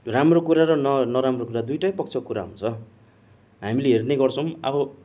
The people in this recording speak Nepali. राम्रो कुरा र न नराम्रो कुरा दुइटै पक्षको कुरा हुन्छ हामीले हेर्ने गर्छौँ अब